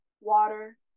water